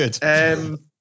Good